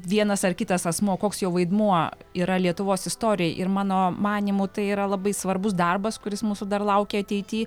vienas ar kitas asmuo koks jo vaidmuo yra lietuvos istorijai ir mano manymu tai yra labai svarbus darbas kuris mūsų dar laukia ateity